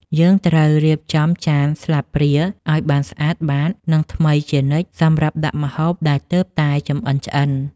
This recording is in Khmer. យើងត្រូវរៀបចំចានស្លាបព្រាឱ្យបានស្អាតបាត និងថ្មីជានិច្ចសម្រាប់ដាក់ម្ហូបដែលទើបតែចម្អិនឆ្អិន។